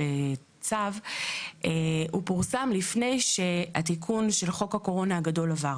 לצו פורסם לפני שהתיקון של חוק הקורונה הגדול עבר.